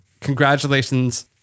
Congratulations